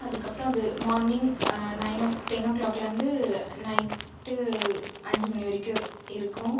அதுக்கப்புறம் அது மார்னிங் நைனோ டென்னோ கிளாக்லேந்து நைட்டு அஞ்சு மணி வரைக்கும் இருக்கும்